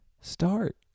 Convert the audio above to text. Start